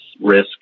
risk